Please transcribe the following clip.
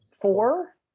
Four